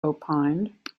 opined